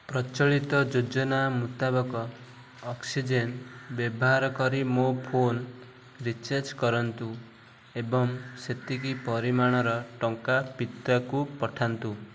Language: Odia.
ପ୍ରଚଳିତ ଯୋଜନା ମୁତାବକ ଅକ୍ସିଜେନ୍ ବ୍ୟବହାର କରି ମୋ ଫୋନ୍ ରିଚାର୍ଜ କରନ୍ତୁ ଏବଂ ସେତିକି ପରିମାଣର ଟଙ୍କା ପିତାକୁ ପଠାନ୍ତୁ